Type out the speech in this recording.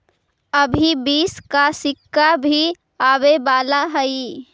अभी बीस का सिक्का भी आवे वाला हई